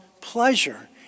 pleasure